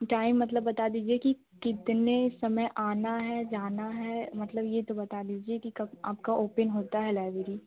time मतलब बता दीजिए कि कितने समय आना है जाना है मतलब यह तो बता दीजिए कि कब आपका ओपेन होता है लाइब्रेरी